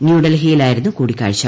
ന്യൂഡൽഹിയിലായിരുന്നു കൂടിക്കാഴ്ച